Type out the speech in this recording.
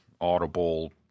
Audible